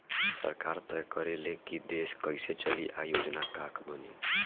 सरकार तय करे ले की देश कइसे चली आ योजना का बनी